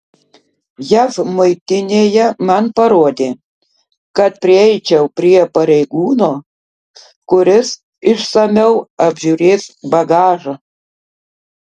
jav muitinėje man parodė kad prieičiau prie pareigūno kuris išsamiau apžiūrės bagažą